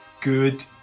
Good